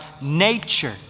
nature